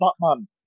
Batman